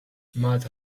მათ